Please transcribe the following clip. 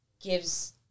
gives